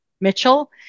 Mitchell